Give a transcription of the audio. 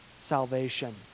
salvation